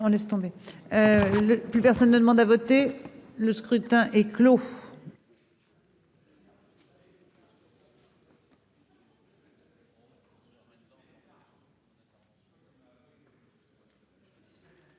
On laisse tomber, plus personne ne demande à voter, le scrutin est clos.